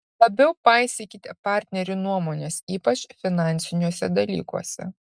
labiau paisykite partnerių nuomonės ypač finansiniuose dalykuose